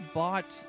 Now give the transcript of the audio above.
bought